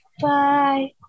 bye